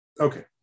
Okay